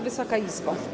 Wysoka Izbo!